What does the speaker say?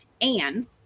And-